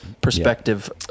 perspective